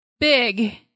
big